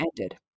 ended